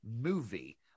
movie